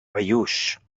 bellús